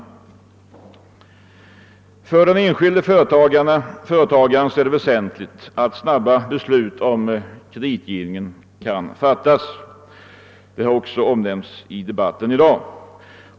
För den enskilde företagaren är det väsentligt att snabba beslut om kreditgivningen kan fattas. Detta har för övrigt redan framhållits i debatten.